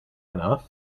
enough